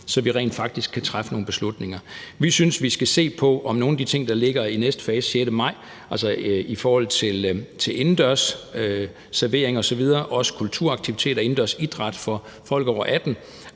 så vi rent faktisk kan træffe nogle beslutninger. Vi synes, vi skal se på, om nogle af de ting, der ligger i næste fase den 6. maj, altså indendørs servering osv., kulturaktiviteter og indendørs idræt for folk over 18